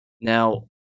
Now